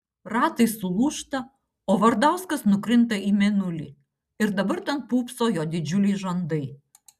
ratai sulūžta o vardauskas nukrinta į mėnulį ir dabar ten pūpso jo didžiuliai žandai